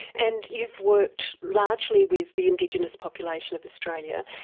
and you've worked largely with the indigenous population of australia.